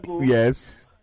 Yes